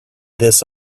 this